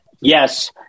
Yes